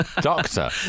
doctor